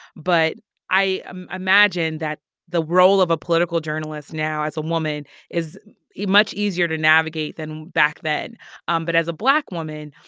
but i imagine that the role of a political journalist now as a woman is much easier to navigate than back then um but as a black woman,